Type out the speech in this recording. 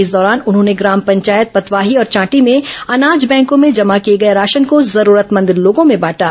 इस दौरान उन्होंने ग्राम पंचायत पतवाही और चांटी में अनाज बैंकों में जमा किए गए राशन को जरूरतमंद लोगों में बांटा